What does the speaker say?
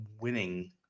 winning